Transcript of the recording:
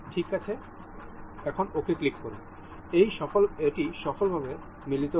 ঠিক আছে ক্লিক করুন এটি সফলভাবে মিলিত হয়েছে